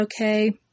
okay